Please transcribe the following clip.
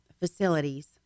Facilities